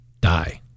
die